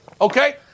Okay